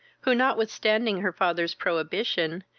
who, notwithstanding her father's prohibition,